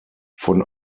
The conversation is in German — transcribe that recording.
von